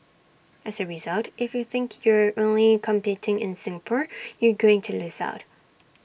as A result if you think you're only competing in Singapore you're going to lose out